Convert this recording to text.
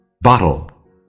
BOTTLE